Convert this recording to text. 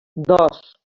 dos